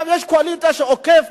ועכשיו יש קואליציה של עוקף-בג"ץ,